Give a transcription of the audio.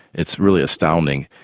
it's really astounding.